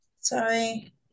Sorry